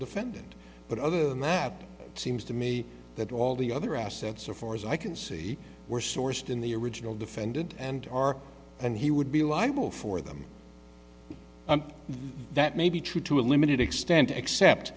defendant but other than that it seems to me that all the other assets so far as i can see were sourced in the original defendant and are and he would be liable for them that may be true to a limited extent except